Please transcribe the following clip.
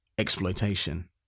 Exploitation